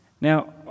Now